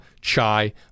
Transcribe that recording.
chai